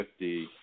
50